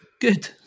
Good